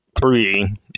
three